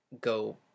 Go